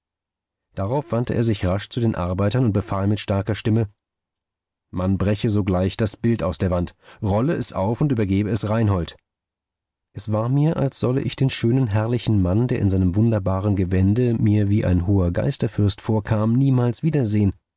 darauf wandte er sich rasch zu den arbeitern und befahl mit starker stimme man breche sogleich das bild aus der wand rolle es auf und übergebe es reinhold es war mir als solle ich den schönen herrlichen mann der in seinem wunderbaren gewände mir wie ein hoher geisterfürst vorkam niemals wiedersehen